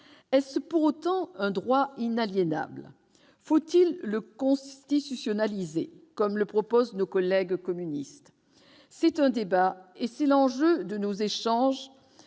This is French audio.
Est-ce pour autant un droit inaliénable ? Faut-il le constitutionnaliser, comme le proposent nos collègues communistes ? C'est un débat, et c'est tout l'enjeu de nos échanges